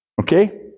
Okay